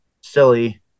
silly